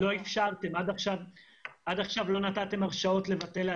כך שבהקשר הזה לפחות בעיני התחושות הן יותר